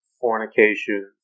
fornication